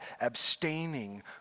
abstaining